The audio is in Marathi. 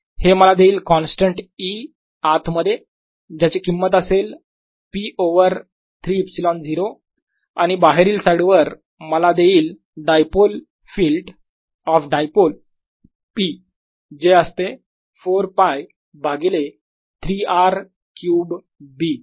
हे मला देईल कॉन्स्टंट e आत मध्ये ज्याची किंमत असेल p ओव्हर 3 ε0 आणि बाहेरील साईड वर मला देईल dipole field of dipole p जे असते 4 π भागिले 3 r क्यूब b